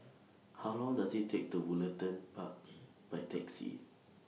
How Long Does IT Take to Woollerton Park By Taxi